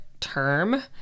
term